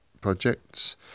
projects